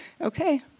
okay